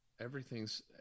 everything's